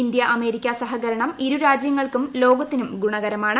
India America സഹകരണം ഇരു രാജ്യങ്ങൾക്കും ലോകത്തിനും ഗുണകരമാണ്